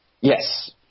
Yes